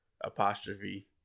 apostrophe